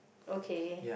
okay